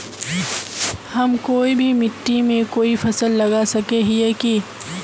हम कोई भी मिट्टी में कोई फसल लगा सके हिये की?